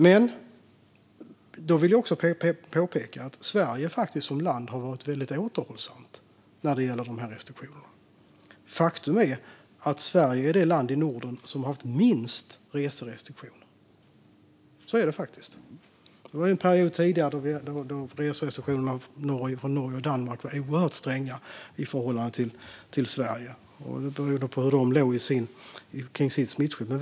Men jag vill påpeka att Sverige som land faktiskt har varit väldigt återhållsamt när det gäller dessa restriktioner. Faktum är att Sverige är det land i Norden som har haft minst reserestriktioner. Så är det faktiskt. Under en period var reserestriktionerna från Norge och Danmark oerhört stränga i förhållande till restriktionerna från Sverige, beroende på hur de låg till gällande smittskyddet.